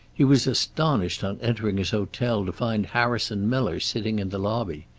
he was astonished on entering his hotel to find harrison miller sitting in the lobby.